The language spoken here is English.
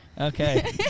Okay